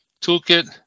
toolkit